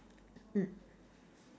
mm